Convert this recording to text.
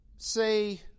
Say